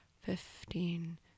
fifteen